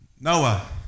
Noah